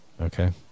okay